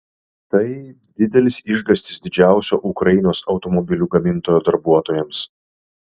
tai didelis išgąstis didžiausio ukrainos automobilių gamintojo darbuotojams